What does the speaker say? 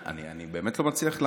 אני באמת לא מצליח להבין.